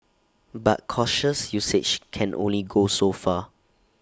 but cautious usage can only go so far